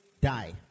die